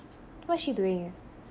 what's she doing